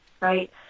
right